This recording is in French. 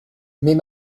mais